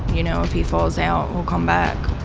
you know, if he falls out, he'll come back.